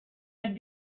had